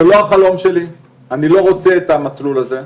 זה לא החלום שלי, אני לא רוצה את המסלול הזה,